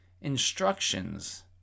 instructions